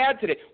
today